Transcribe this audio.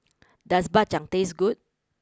does Dak Chang taste good